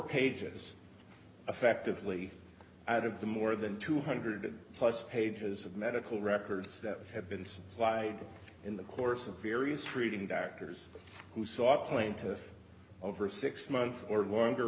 pages effectively out of the more than two hundred plus pages of medical records that have been supplied in the course of various treating doctors who saw plaintiff over six months or longer